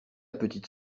petite